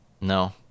No